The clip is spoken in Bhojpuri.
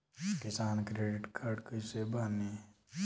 किसान क्रेडिट कार्ड कइसे बानी?